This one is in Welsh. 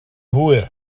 hwyr